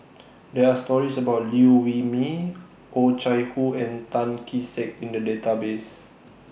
There Are stories about Liew Wee Mee Oh Chai Hoo and Tan Kee Sek in The Database